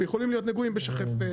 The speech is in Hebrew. יכולים להיות נגועים בשחפת,